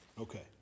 Okay